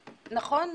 נכון?